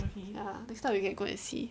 ya next time we can go and see